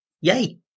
yay